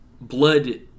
blood